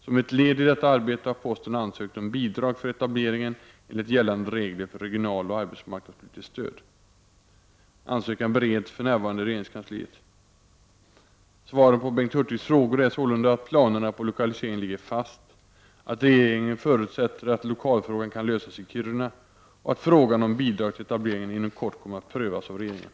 Som ett led i detta arbete har posten ansökt om bidrag för etableringen enligt gällande regler för regionaloch arbetsmarknadspolitiskt stöd. Ansökan bereds för närvarande i regeringskansliet. Svaren på Bengt Hurtigs frågor är sålunda att planerna på lokalisering ligger fast, att regeringen förutsätter att lokalfrågan kan lösas i Kiruna och att frågan om bidrag till etableringen inom kort kommer att prövas av regeringen.